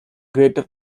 greater